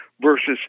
versus